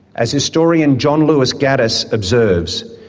as historian john lewis gaddis observes,